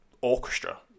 orchestra